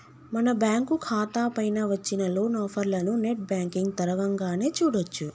మన బ్యాంకు ఖాతా పైన వచ్చిన లోన్ ఆఫర్లను నెట్ బ్యాంకింగ్ తరవంగానే చూడొచ్చు